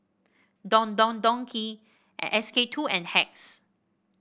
Don Don Donki SK Itwo and Hacks